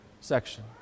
section